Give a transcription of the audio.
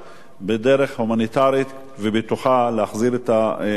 בדרך הומניטרית ובטוחה להחזיר את התלמידים,